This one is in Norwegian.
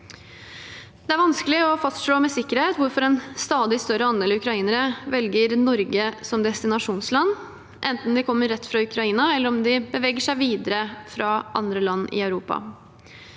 Det er vanskelig å fastslå med sikkerhet hvorfor en stadig større andel ukrainere velger Norge som destinasjonsland, enten de kommer rett fra Ukraina eller de beveger seg videre fra andre land i Europa.